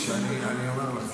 החקירה תחתיו.